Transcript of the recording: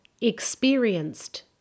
experienced